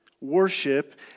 worship